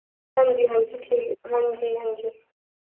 हां जा हां जी ठीक ऐ हां जी